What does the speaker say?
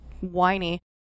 whiny